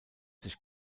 sich